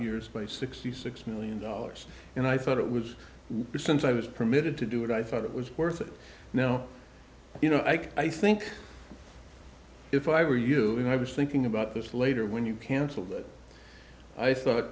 years by sixty six million dollars and i thought it was since i was permitted to do it i thought it was worth it now you know i think if i were you and i was thinking about this later when you canceled it i thought